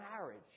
marriage